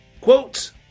Quote